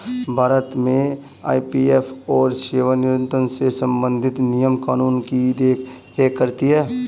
भारत में ई.पी.एफ.ओ सेवानिवृत्त से संबंधित नियम कानून की देख रेख करती हैं